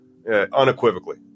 Unequivocally